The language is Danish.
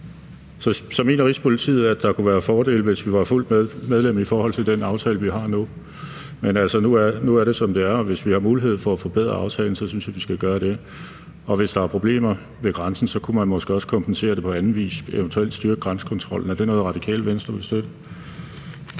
tale, mener Rigspolitiet, at der kunne være fordele, hvis vi var fuldt medlem, i forhold til den aftale vi har nu. Men altså, nu er det, som det er, og hvis vi har mulighed for at forbedre aftalen, så synes jeg, at vi skal gøre det. Hvis der er problemer ved grænsen, kunne man måske også kompensere det på anden vis, eventuelt styrke grænsekontrollen. Er det noget, Radikale Venstre vil støtte?